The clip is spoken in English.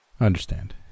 understand